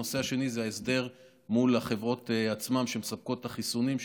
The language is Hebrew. הנושא השני זה ההסדר מול החברות שמספקות את החיסונים.